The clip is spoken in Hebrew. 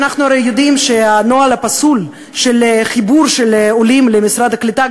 ואנחנו הרי יודעים שהנוהל הפסול של חיבור עולים למשרד הקליטה,